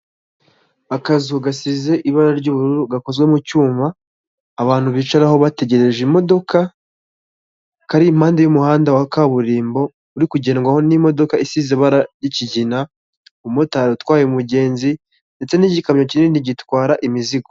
Akazu gasize ibara ry'ubururu gakozwe mu cyuma abantu bicaraho bategereje imodoka kari impande y'umuhanda wa kaburimbo uri kugendwaho n'imodoka isize ibara ry'ikigina, umumotari utwaye umugenzi ndetse n'igikamyo kinini gitwara imizigo.